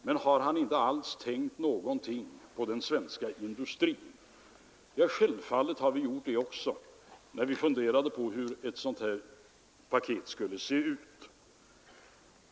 Men har han inte alls tänkt någonting på den svenska industrin?” Självfallet gjorde vi det också när vi funderade på hur ett sådant här paket skulle se ut.